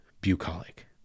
bucolic